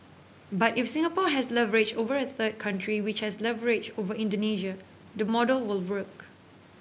but if Singapore has leverage over a third country which has leverage over Indonesia the model will work